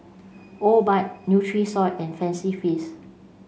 Obike Nutrisoy and Fancy Feast